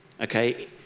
okay